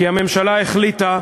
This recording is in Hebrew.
כי הממשלה החליטה,